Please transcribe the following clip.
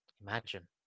imagine